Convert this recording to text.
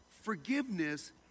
Forgiveness